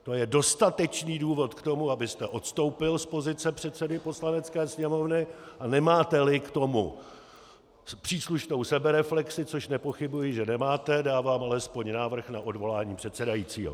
To je dostatečný důvod k tomu, abyste odstoupil z pozice předsedy Poslanecké sněmovny, a nemáteli k tomu příslušnou sebereflexi, což nepochybuji, že nemáte, dávám alespoň návrh na odvolání předsedajícího.